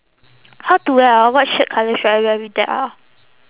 how to wear ah what shirt colour should I wear with that ah